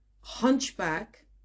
hunchback